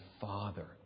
Father